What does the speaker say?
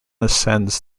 ascends